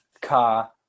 car